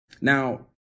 Now